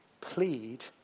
plead